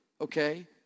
okay